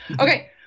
Okay